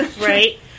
right